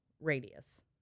radius